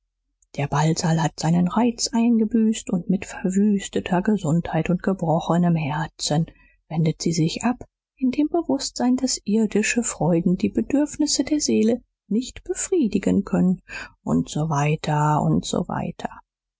der ballsaal hat seinen reiz eingebüßt und mit verwüsteter gesundheit und gebrochenem herzen wendet sie sich ab in dem bewußtsein daß irdische freuden die bedürfnisse der seele nicht befriedigen können und so weiter und so weiter